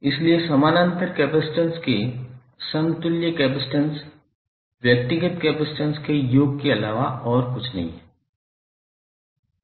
इसलिए समानांतर कैपेसिटेंस के समतुल्य कैपेसिटेंस व्यक्तिगत कैपेसिटेंस के योग के अलावा और कुछ नहीं है